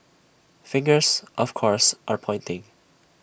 fingers of course are pointing